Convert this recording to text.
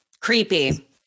Creepy